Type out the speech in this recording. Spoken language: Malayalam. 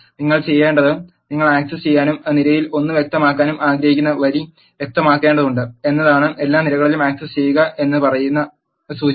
നിങ്ങൾ ചെയ്യേണ്ടത് നിങ്ങൾ ആക് സസ് ചെയ്യാനും നിരയിൽ ഒന്നും വ്യക്തമാക്കാനും ആഗ്രഹിക്കുന്ന വരി വ്യക്തമാക്കേണ്ടതുണ്ട് എന്നതാണ് എല്ലാ നിരകളും ആക് സസ് ചെയ്യുക എന്ന് പറയുന്ന സൂചിക